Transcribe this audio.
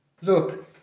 Look